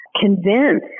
convince